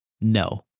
No